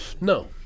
No